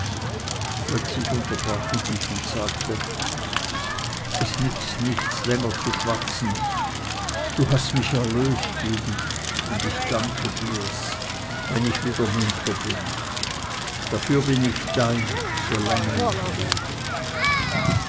plötzlich unterbrach ich mich und sagte es nützt nichts länger zu schwatzen du hast mich erlöst judith und dir danke ich's wenn ich wieder munter bin dafür bin ich dein solang ich lebe